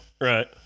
Right